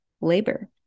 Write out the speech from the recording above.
labor